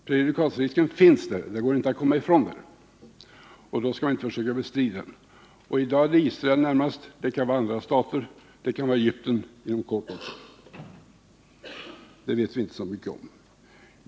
Prejudikatrisken finns där — det går inte att komma ifrån det — och då skall man inte försöka bestrida den. I dag är det Israel som är närmast i tur, men det kan vara andra stater: det kan vara Egypten också inom kort; det vet vi inte så mycket om.